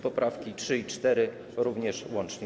Poprawki 3. i 4. - również łącznie.